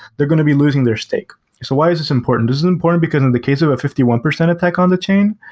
they're going to be losing their stake. so why is this important? this is important because in the case of a fifty one percent attack on the chain,